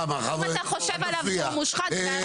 אם אתה חושב עליו שהוא מושחת זה בעיה שלך.